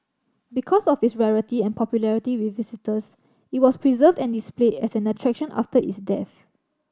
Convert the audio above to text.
because of its rarity and popularity with visitors it was preserved and displayed as an attraction after its death